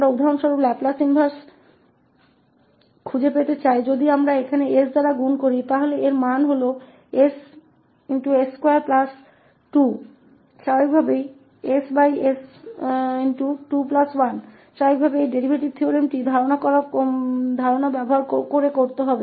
उदाहरण के लिए यदि हम यहां से गुणा करते हैं तो हम उदाहरण के लिए लैपलेस इनवर्स को खोजना चाहते हैं जिसका अर्थ है कि ss21 स्वाभाविक रूप से इस डेरीवेटिव प्रमेय के विचार का उपयोग करते हुए